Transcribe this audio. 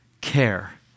care